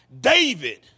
David